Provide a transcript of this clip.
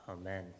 Amen